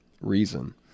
reason